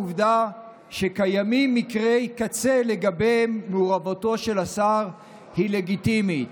העובדה שקיימים מקרי קצה לגבי מעורבותו של השר היא לגיטימית,